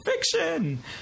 Fiction